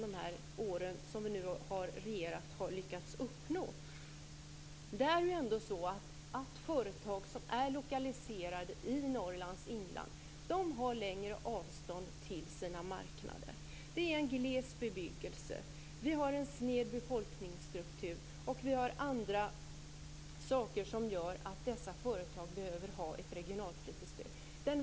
Det är sådant som vi socialdemokrater har lyckats uppnå under de år vi har regerat. Företag som är lokaliserade till Norrlands inland har längre avstånd till sina marknader. Det är en gles bebyggelse. Vi har en sned befolkningsstruktur, och vi har andra saker som gör att dessa företag behöver ett regionalpolitisk stöd.